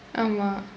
ஆமாம்:aamaam